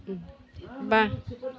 बा